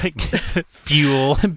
fuel